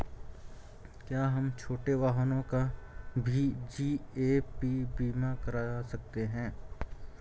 क्या हम छोटे वाहनों का भी जी.ए.पी बीमा करवा सकते हैं?